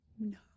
No